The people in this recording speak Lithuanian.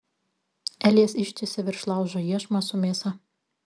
elijas ištiesia virš laužo iešmą su mėsa